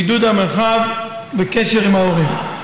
בידוד המרחב וקשר עם העורף.